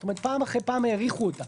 זאת אומרת, פעם אחרי פעם האריכו אותה.